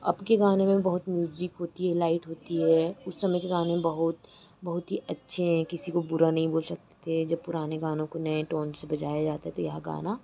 अब के गाने में बहुत म्यूजिक होती है लाइट होती है उस समय के गाने में बहुत बहुत ही अच्छे हें किसी को बुरा नहीं बोल सकते थे जब पुराने गानों को नए टोन से बजाया जाता तो यह गाना